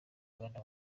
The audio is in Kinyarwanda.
ghana